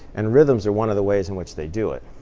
and rhythms are one of the ways in which they do it.